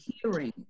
hearing